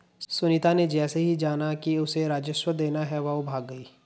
सुनीता ने जैसे ही जाना कि उसे राजस्व देना है वो भाग गई